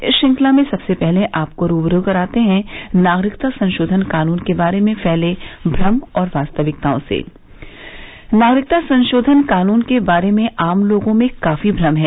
इस श्रृंखला में सबसे पहले आपको रूबरू कराते हैं नागरिकता संशोधन कानून के बारे में फैले भ्रम और वास्तविकताओं से नागरिकता संशोधन कानून के बारे में आम लोगों में काफी भ्रम है